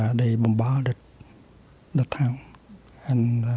um they bombarded the town and